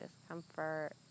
discomfort